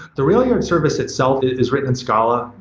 the railyard service itself is written in scala.